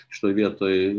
šitoj vietoj